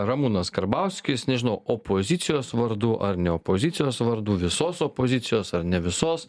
ramūnas karbauskis nežinau opozicijos vardu ar ne opozicijos vardu visos opozicijos ar ne visos